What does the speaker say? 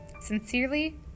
Sincerely